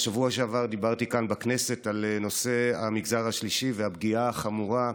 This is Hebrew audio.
בשבוע שעבר דיברתי כאן בכנסת על נושא המגזר השלישי והפגיעה החמורה,